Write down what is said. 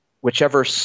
whichever